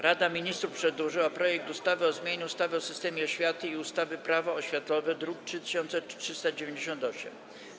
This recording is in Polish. Rada Ministrów przedłożyła projekt ustawy o zmianie ustawy o systemie oświaty i ustawy Prawo oświatowe, druk nr 3398.